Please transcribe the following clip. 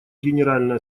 генеральная